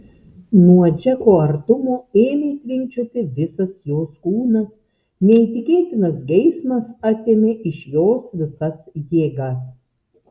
nuo džeko artumo ėmė tvinkčioti visas jos kūnas neįtikėtinas geismas atėmė iš jos visas jėgas